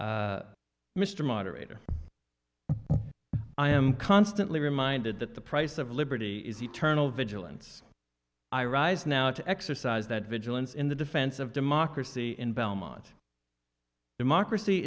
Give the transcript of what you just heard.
mr moderator i am constantly reminded that the price of liberty is eternal vigilance i rise now to exercise that vigilance in the defense of democracy in belmont democracy